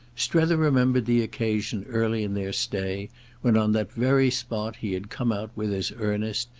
strether remembered the occasion early in their stay when on that very spot he had come out with his earnest,